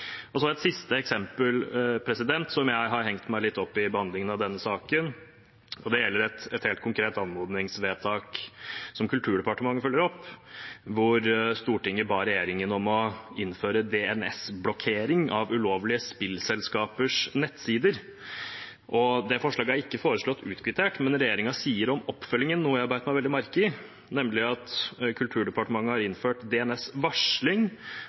Og så et siste eksempel, som jeg har hengt meg litt opp i i behandlingen av denne saken. Det gjelder et helt konkret anmodningsvedtak som Kulturdepartementet følger opp, der Stortinget ba regjeringen om å innføre DNS-blokkering av ulovlige spillselskapers nettsider. Det forslaget er ikke foreslått utkvittert, men regjeringen sier om oppfølgingen noe jeg bet meg veldig merke i, nemlig at Kulturdepartementet har innført